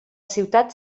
ciutat